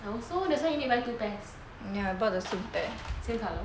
I also that is why you need to buy two pairs